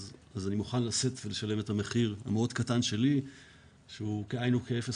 אני מוכן לשאת ולשלם את המחיר המאוד קטן שלי שהוא כאין וכאפס